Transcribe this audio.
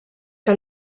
que